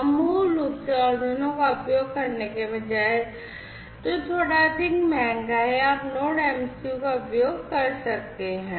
तो मूल रूप से Arduino का उपयोग करने के बजाय जो थोड़ा अधिक महंगा है आप Node MCU का उपयोग कर सकते हैं